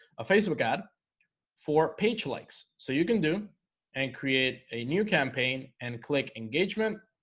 a facebook ad for page likes so you can do and create a new campaign and click engagement